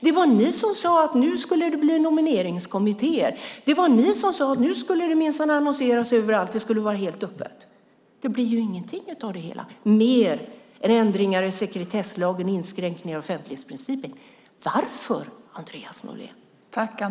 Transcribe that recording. Det var ni som sade att nu skulle det bli nomineringskommittéer. Det var ni som sade att nu skulle det minsann annonseras överallt och att det skulle vara helt öppet. Det blir ingenting av det hela mer än ändringar i sekretesslagen och inskränkningar av offentlighetsprincipen. Varför, Andreas Norlén?